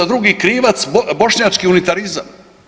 Drugi krivac bošnjački unitarizam.